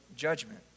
judgment